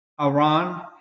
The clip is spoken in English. Iran